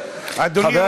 אדוני